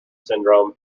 syndrome